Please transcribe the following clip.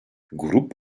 grup